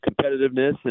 competitiveness